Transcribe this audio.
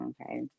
okay